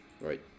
Right